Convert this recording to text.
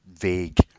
vague